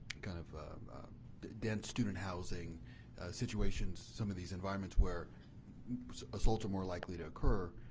kind of dense student housing situations, some of these environments where assaults are more likely to occur,